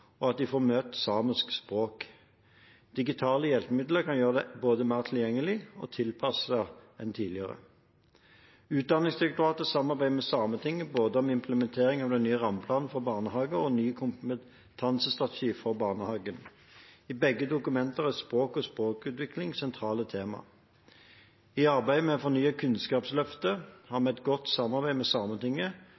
og at de får møte samisk språk. Digitale hjelpemidler kan gjøre dette både mer tilgjengelig og mer tilpasset enn tidligere. Utdanningsdirektoratet samarbeider med Sametinget om både implementering av den nye rammeplanen for barnehager og ny kompetansestrategi for barnehagen. I begge dokumenter er språk og språkutvikling sentrale tema. I arbeidet med å fornye Kunnskapsløftet har